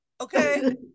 Okay